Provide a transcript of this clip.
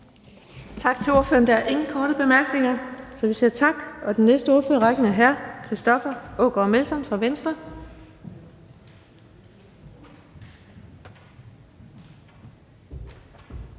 Tak til ordføreren. Der er ingen korte bemærkninger, så vi siger tak, og den næste ordfører i rækken er hr. Christoffer Aagaard Melson fra Venstre.